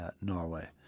Norway